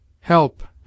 Help